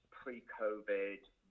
pre-COVID